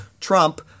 Trump